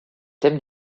thèmes